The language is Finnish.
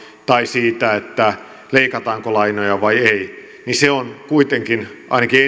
tai siitä leikataanko lainoja vai ei on kuitenkin ainakin